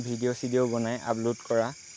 video চিডিঅ' বনাই upload কৰা